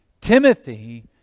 Timothy